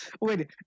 Wait